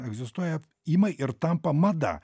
egzistuoja ima ir tampa mada